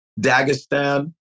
Dagestan